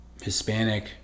Hispanic